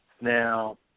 Now